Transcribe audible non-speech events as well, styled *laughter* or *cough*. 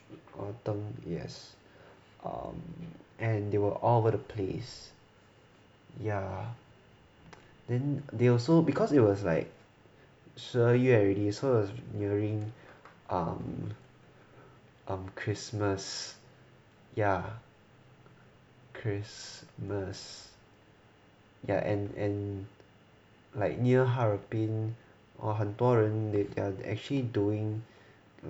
orh 灯 yes um and they were all over the place yeah *noise* then they also because it was like 十二月 already it was nearing um um christmas ya christmas ya and and like near 哈尔滨 or 很多人 they are they are actually doing